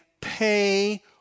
pay